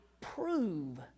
prove